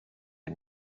der